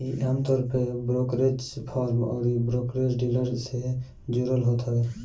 इ आमतौर पे ब्रोकरेज फर्म अउरी ब्रोकर डीलर से जुड़ल होत हवे